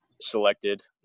selected